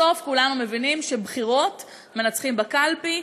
בסוף כולנו מבינים שבבחירות מנצחים בקלפי,